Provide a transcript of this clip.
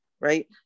right